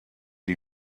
die